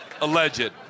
Alleged